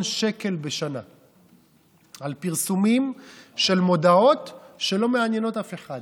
שקל בשנה על פרסומים של מודעות שלא מעניינות אף אחד.